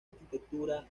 arquitectura